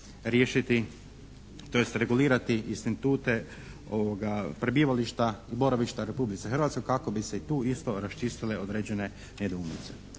riješiti, tj. regulirati institute prebivališta i boravišta u Republici Hrvatskoj kako bi se i tu isto raščistile određene nedoumice.